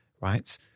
right